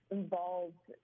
involved